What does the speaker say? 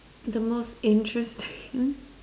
the most interesting